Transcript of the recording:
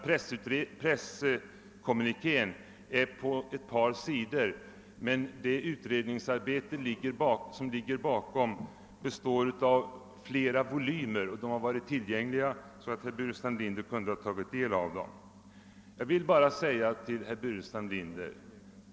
Presskommunikén omfattar ett par sidor, men utredningsarbetet bakom meddelandet upptar flera volymer. Det materialet har varit tillgängligt, och herr Burenstam Linder har därför haft tillfälle att ta del av det.